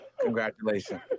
Congratulations